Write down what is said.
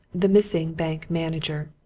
the missing bank manager,